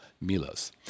milo's